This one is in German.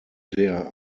der